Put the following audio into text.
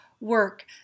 work